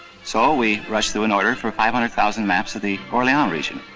so we rushed through an order for five hundred thousand maps of the orlean region.